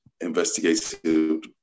investigated